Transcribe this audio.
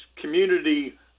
community